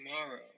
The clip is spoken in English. Tomorrow